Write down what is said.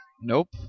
Nope